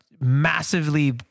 massively